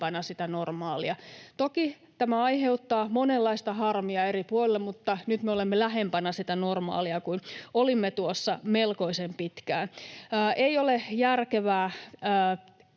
sitä normaalia. Toki tämä aiheuttaa monenlaista harmia eri puolilla, mutta nyt me olemme lähempänä sitä normaalia kuin olimme tuossa melkoisen pitkään. Ei ole järkevää